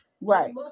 Right